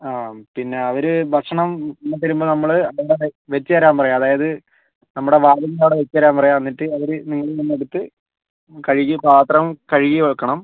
ആ പിന്നെ അവർ ഭക്ഷണം തരുമ്പോൾ നമ്മൾ അവിടെ വച്ചുതരാൻ പറയും അതായത് നമ്മുടെ വാതിലിൻ്റെ അവിടെ വച്ചുതരാൻ പറയുക എന്നിട്ട് അവർ നീങ്ങി നിന്നെടുത്ത് കഴുകി പാത്രം കഴുകി വെക്കണം